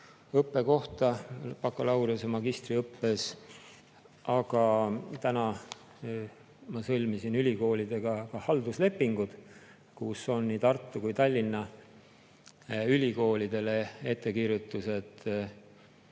õppekohta bakalaureuse‑ ja magistriõppes. Aga täna ma sõlmisin ülikoolidega ka halduslepingud, kus on nii Tartu kui ka Tallinna ülikoolidele ettekirjutused õpetajakoolituse